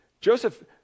Joseph